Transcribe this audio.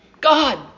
God